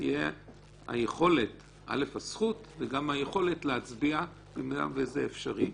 תהיה הזכות וגם היכולת להצביע, במידה וזה אפשרי.